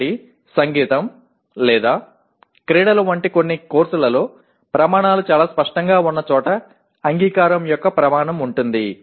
కాబట్టి సంగీతం లేదా క్రీడలు వంటి కొన్ని కోర్సులలో ప్రమాణాలు చాలా స్పష్టంగా ఉన్న చోట అంగీకారం యొక్క ప్రమాణం ఉంటుంది